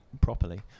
properly